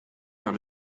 vers